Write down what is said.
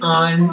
on